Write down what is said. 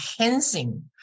enhancing